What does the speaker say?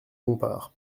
bompard